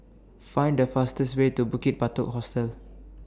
Find The fastest Way to Bukit Batok Hostel